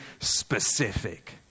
specific